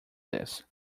this